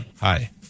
Hi